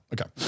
Okay